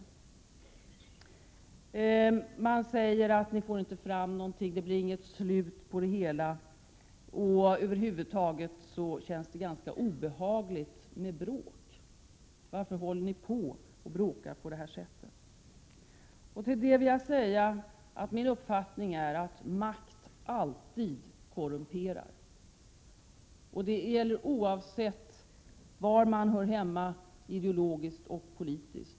Man säger: Ni får inte fram någonting, det blir inget slut på det hela, och det känns över huvud taget ganska obehagligt med bråk. Varför håller ni på att bråka på detta sätt? Till dem vill jag säga: Min uppfattning är att makt alltid korrumperar. Det gäller oavsett var man hör hemma ideologiskt och politiskt.